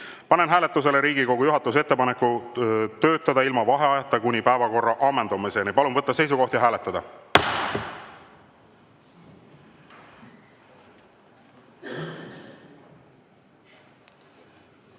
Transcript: Panen hääletusele Riigikogu juhatuse ettepaneku töötada ilma vaheajata kuni päevakorra ammendumiseni. Palun võtta seisukoht ja hääletada!